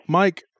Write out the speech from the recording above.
mike